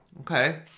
Okay